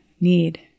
need